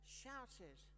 shouted